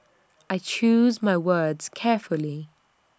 I choose my words carefully